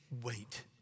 wait